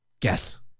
Guess